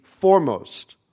foremost